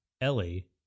ellie